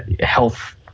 Health